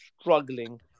struggling